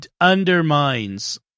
undermines